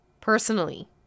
personally